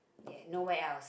ya no where else